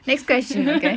next question okay